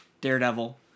Daredevil